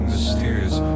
Mysterious